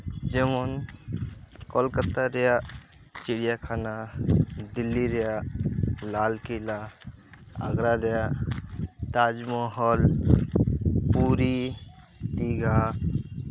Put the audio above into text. ᱡᱮᱢᱚᱱ ᱠᱚᱞᱠᱟᱛᱟ ᱨᱮᱭᱟᱜ ᱪᱤᱲᱤᱭᱟᱠᱷᱟᱱᱟ ᱫᱤᱞᱞᱤ ᱨᱮᱭᱟᱜ ᱞᱟᱞ ᱠᱮᱞᱞᱟ ᱟᱜᱽᱨᱟ ᱨᱮᱭᱟᱜ ᱛᱟᱡᱽ ᱢᱚᱦᱚᱞ ᱯᱩᱨᱤ ᱫᱤᱜᱷᱟ